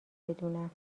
بدونم